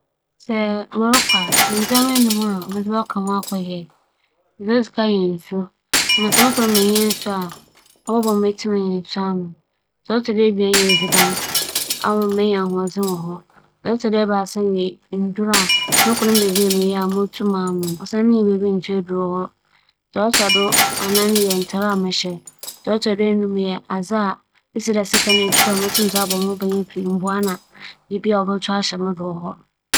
Sɛ merenya akwanya ekedzi afe wͻ asaase kɛse bi do a, ndzɛmba enum a medze bͻkͻ nye nsu. Nsu yɛ adze a ohia ma nyimpadua na monnkotum akɛtsena hͻ a moronnom nsu. ͻtͻ do ebien yɛ edziban. Edziban so ho hia papaapa osiandɛ ͻwͻ dɛ midzidzi. Ebiasa yɛ ntar. ͻwͻ dɛ mesesa moho. Mehyɛ atar a ͻyɛ fi a mobͻworow na m'ahyɛ fofor. Anan so yɛ mo "phone". Medze botwitwa mfonyin a medze bɛbaa abɛkyerɛ sɛ mesan ba a. Buukuu so yɛ adze a obenya osiandɛ mebɛkyerɛ ndzɛmba pii wͻ do.